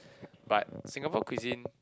but Singapore cuisine